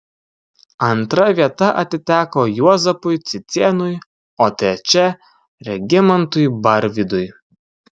antra vieta atiteko juozapui cicėnui o trečia regimantui barvydui